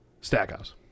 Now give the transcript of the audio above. Stackhouse